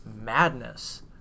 madness